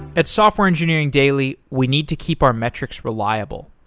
at software engineering daily, we need to keep our metrics reliable.